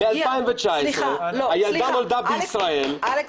ב-2019, הילדה נולדה בישראל --- לא,